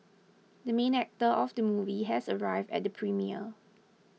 the main actor of the movie has arrived at the premiere